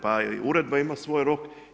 Pa i uredba ima svoj rok.